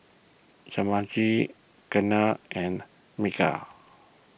Jehangirr Ketna and Milkha